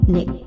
Nick